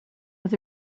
was